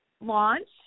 launch